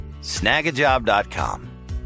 Snagajob.com